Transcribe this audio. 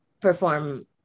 perform